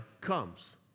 comes